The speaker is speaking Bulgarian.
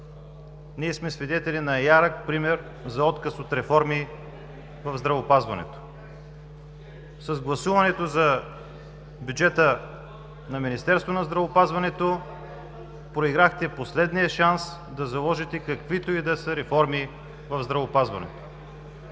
ние сме свидетели на ярък пример за отказ от реформи в здравеопазването. С гласуването за бюджета на Министерството на здравеопазването проиграхте последния шанс да заложите каквито и да са реформи в здравеопазването.